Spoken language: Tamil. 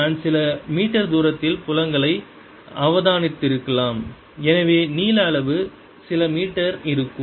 நான் சில மீட்டர் தூரத்தில் புலங்களை அவதானித்திருக்கலாம் எனவே நீள அளவு சில மீட்டர் இருக்கும்